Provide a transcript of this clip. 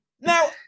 Now